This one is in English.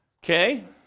Okay